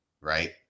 right